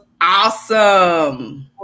Awesome